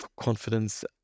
confidence